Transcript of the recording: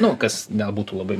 nu kas nebūtų labai